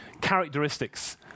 characteristics